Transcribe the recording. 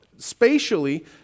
spatially